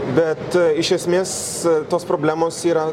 bet iš esmės tos problemos yra